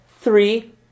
three